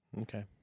Okay